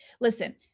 listen